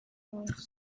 mars